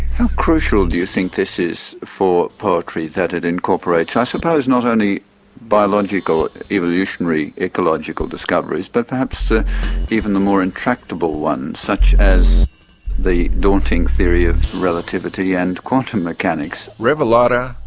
how crucial do you think this is for poetry that it incorporates i suppose not only biological evolutionary ecological discoveries but perhaps ah even the more intractable ones such as the daunting theory of relativity and quantum mechanics. revalata,